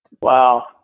wow